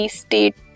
state